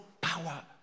power